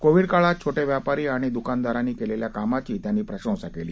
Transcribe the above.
Covid काळात छोटे व्यापारी आणि दुकानदारांनी केलेल्या कामाची त्यांनी प्रशंसा केली